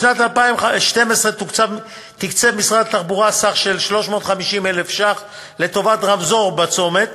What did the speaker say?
בשנת 2012 תקצב משרד התחבורה סך 350,000 ש"ח לטובת רמזור בצומת